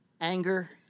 anger